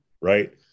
Right